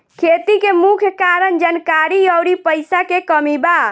खेती के मुख्य कारन जानकारी अउरी पईसा के कमी बा